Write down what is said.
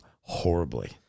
horribly